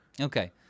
Okay